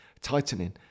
tightening